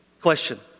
Question